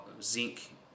zinc